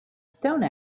stone